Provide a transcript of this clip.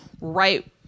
right